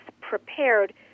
prepared